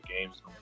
games